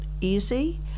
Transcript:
easy